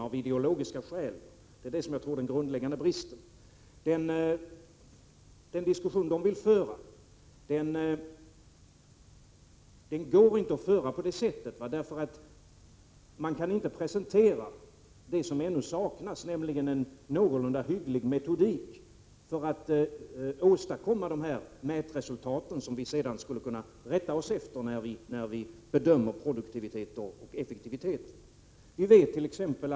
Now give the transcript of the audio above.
Av ideologiska skäl har de udden riktad mot den offentliga sektorn, och det tror jag är den grundläggande bristen. De kan inte presentera det som ännu saknas, nämligen en någorlunda hygglig metodik för att åstadkomma de mätresultat som vi därefter skulle kunna rätta oss efter när vi bedömer produktivitet och effektivitet. Vi vett.ex.